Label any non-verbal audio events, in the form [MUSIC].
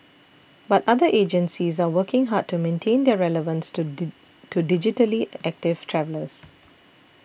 but other agencies are working hard to maintain their relevance to [UNINTELLIGIBLE] to digitally active travellers